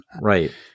Right